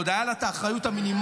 ועוד הייתה לה האחריות המינימלית,